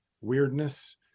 weirdness